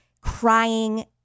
crying